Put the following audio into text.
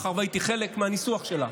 מאחר שהייתי חלק מהניסוח שלה.